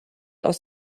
aus